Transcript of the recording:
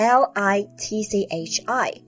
l-i-t-c-h-i